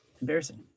embarrassing